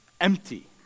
empty